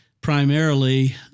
primarily